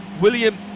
William